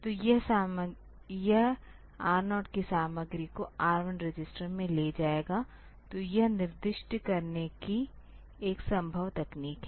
तो यह R0 की सामग्री को R1 रजिस्टर में ले जाएगा तो यह निर्दिष्ट करने की एक संभव तकनीक है